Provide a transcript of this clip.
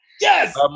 Yes